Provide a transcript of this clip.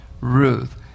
Ruth